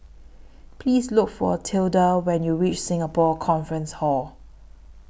Please Look For Tilda when YOU REACH Singapore Conference Hall